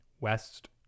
west